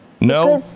No